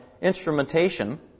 Instrumentation